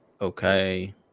Okay